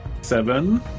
seven